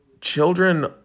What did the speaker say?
children